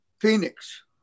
Phoenix